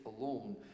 alone